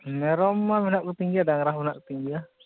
ᱢᱮᱨᱚᱢ ᱢᱟ ᱢᱮᱱᱟᱜ ᱠᱚᱛᱤᱧ ᱜᱮᱭᱟ ᱰᱟᱝᱨᱟ ᱦᱚᱸ ᱢᱮᱱᱟᱜ ᱠᱚᱛᱤᱧ ᱜᱮᱭᱟ